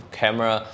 camera